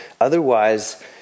otherwise